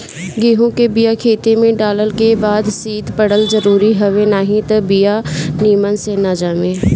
गेंहू के बिया खेते में डालल के बाद शीत पड़ल जरुरी हवे नाही त बिया निमन से ना जामे